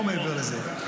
לא מעבר לזה.